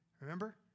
Remember